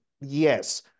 Yes